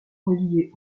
reliée